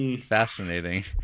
Fascinating